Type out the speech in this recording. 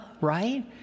right